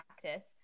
practice